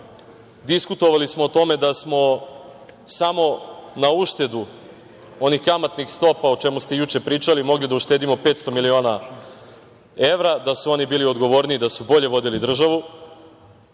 diskutovali smo o tome, da smo samo na uštedu onih kamatnih stopa, o čemu ste juče pričali, mogli da uštedimo 500 miliona evra, da su oni bili odgovorniji, da su bolje vodili državu.